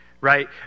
right